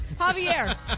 Javier